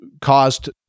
caused